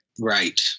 right